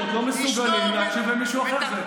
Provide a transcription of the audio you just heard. אומרים "דמוקרטיה" כל שש שניות ולא מסוגלים להקשיב למישהו אחר.